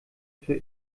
für